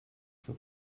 für